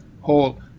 whole